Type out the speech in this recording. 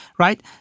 Right